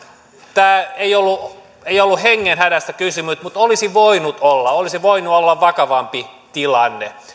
tässä ei ollut hengenhädästä kysymys mutta olisi voinut olla olisi voinut olla vakavampi tilanne